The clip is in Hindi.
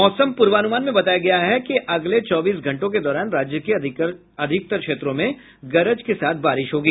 मौसम पूर्वानुमान में बताया गया है कि अगले चौबीस घंटों के दौरान राज्य के अधिकतर क्षेत्रों में गरज के साथ बारिश होगी